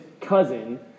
cousin